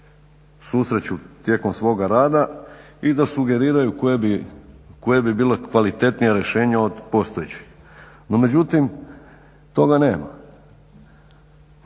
susreću tijekom svoga rada i da sugeriraju koja bi bila kvalitetnija rješenja od postojećih. No međutim, toga nema.